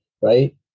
right